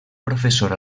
professor